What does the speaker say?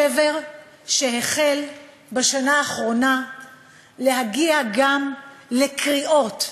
שבר שהחל בשנה האחרונה להגיע גם לקריאות,